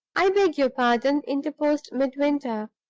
i beg your pardon, interposed midwinter,